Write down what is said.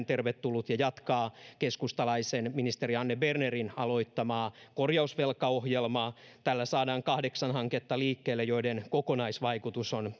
tervetullut ja jatkaa keskustalaisen ministeri anne bernerin aloittamaa korjausvelkaohjelmaa tällä saadaan kahdeksan hanketta liikkeelle joiden kokonaisvaikutus on